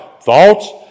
thoughts